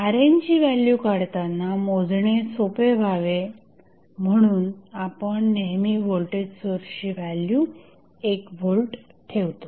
RNची value काढताना मोजणे सोपे जावे म्हणून आपण नेहमी व्होल्टेज सोर्सची व्हॅल्यू 1 व्होल्ट ठेवतो